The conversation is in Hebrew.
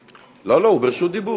לא, לא, הוא ברשות דיבור.